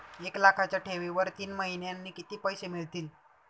एक लाखाच्या ठेवीवर तीन महिन्यांनी किती पैसे मिळतील?